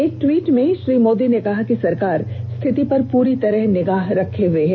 एक टवीट में श्री मोदी ने कहा कि सरकार स्थिति पर पूरी तरह निगाह रखे हए है